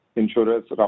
insurance